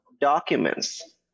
documents